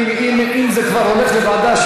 אם זה כבר הולך לוועדה,